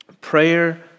Prayer